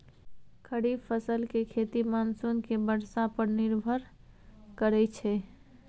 खरीफ फसल के खेती मानसून के बरसा पर निर्भर करइ छइ